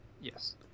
Yes